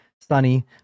Sunny